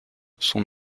son